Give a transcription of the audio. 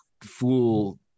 fool